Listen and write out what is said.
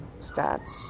stats